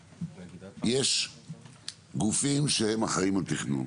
יש גופים שהם אחראים על תכנון,